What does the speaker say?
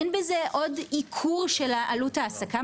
אין בזה עוד ייקור של עלות ההעסקה.